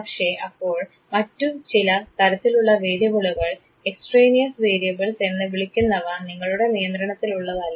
പക്ഷേ അപ്പോൾ മറ്റു ചില തരത്തിലുള്ള വേരിയബിളുകൾ എക്സ്ട്രേനിയസ് വേരിയബിൾസ് എന്ന് വിളിക്കുന്നവ നിങ്ങളുടെ നിയന്ത്രണത്തിലുള്ളതല്ല